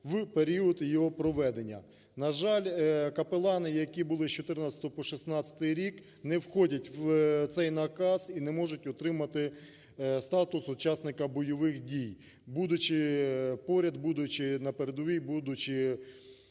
в період його проведення. На жаль, капелани, які були з 14 по 16 рік, не входять у цей наказ і не можуть отримати статус учасника бойових дій. Будучи поряд, будучи на передовій, будучи